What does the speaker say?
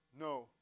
No